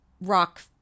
rock